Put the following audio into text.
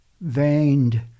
veined